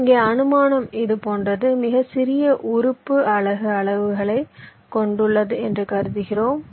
இங்கே அனுமானம் இது போன்றது மிகச்சிறிய உறுப்பு அலகு அளவைக் கொண்டுள்ளது என்று கருதுகிறோம்